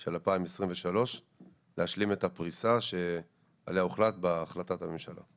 של 2023 להשלים את הפריסה שעליה הוחלט בהחלטת הממשלה.